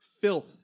filth